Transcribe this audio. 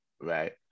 right